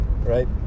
right